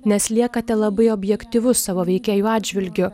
nes liekate labai objektyvus savo veikėjų atžvilgiu